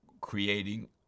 creating